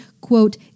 quote